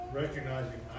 recognizing